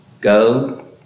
Go